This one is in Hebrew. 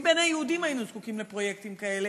בין היהודים היינו זקוקים לפרויקטים כאלה,